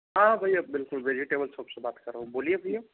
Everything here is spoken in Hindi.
हाँ भैया बिलकुल वेजीटेबल सॉप से बात कर रहा हूँ बोलिए भैया